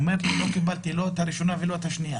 הוא אומר לי: לא קיבלתי לא את הראשון ולא את השני.